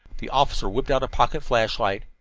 the officer whipped out a pocket flashlight.